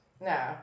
No